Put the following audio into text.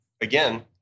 again